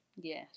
yes